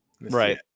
Right